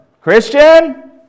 Christian